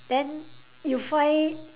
then you find